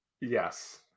Yes